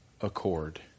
accord